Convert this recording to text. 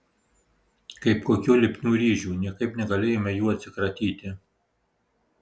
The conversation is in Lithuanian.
kaip kokių lipnių ryžių niekaip negalėjome jų atsikratyti